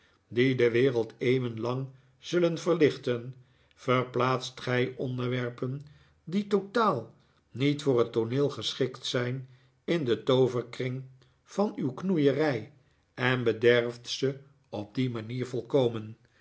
die de wereld eeuwen lang zullen verlichten verplaatst gij onderwerpen die totaal niet voor het tooneel geschikt zijn in den tooverkring van uw knoeierij en bederft ze op die manier volkomen